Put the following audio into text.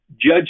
judge